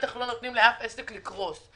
ובטח לא נותנים לאף עסק לקרוס.